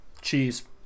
Cheese